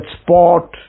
sport